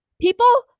people